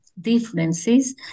differences